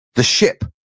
the ship,